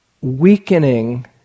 weakening